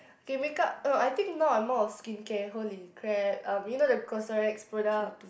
okay make-up no I think no I'm more of skincare holy crap um you know the CosRX products